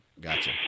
Gotcha